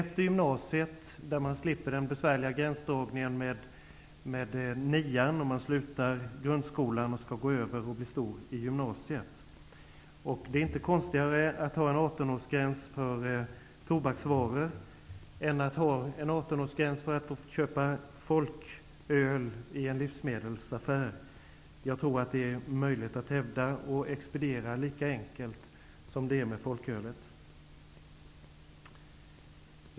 Då slipper man den besvärliga gränsdragningen när man slutar grundskolan och skall gå över till gymnasiet och bli stor. Det är inte konstigare att ha en 18-årsgräns för inköp av tobaksvaror än att ha en Jag tror att det är lika enkelt att expediera tobaksvaror som folköl.